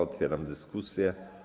Otwieram dyskusję.